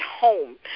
home